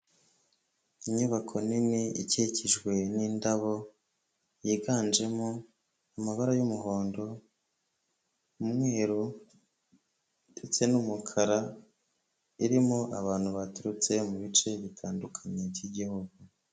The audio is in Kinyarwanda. Inyubako nini ikikijwe n'indabo yiganjemo amabara y'umuhondo, umweru, ndetse n'umukara irimo abantu baturutse mu bice bitandukanye by'igihugu.